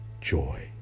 joy